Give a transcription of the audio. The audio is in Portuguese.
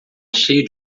cheio